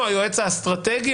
או היועץ האסטרטגי,